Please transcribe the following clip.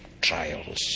trials